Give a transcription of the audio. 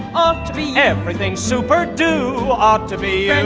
um to be everything super. do ought to be